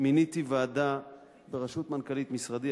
מיניתי ועדה בראשות מנכ"לית משרדי,